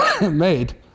made